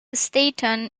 stanton